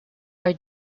are